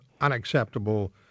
unacceptable